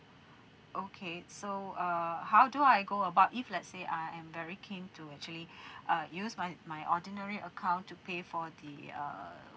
okay so uh how do I go about if let's say I am very keen to actually uh use my my ordinary account to pay for the uh